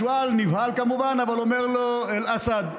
השועל נבהל, כמובן, אבל הוא אומר לו: אל-אסד,